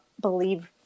believe